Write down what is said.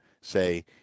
Say